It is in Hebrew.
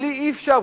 בלי זה אי-אפשר.